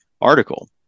article